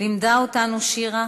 לימדה אותנו שירה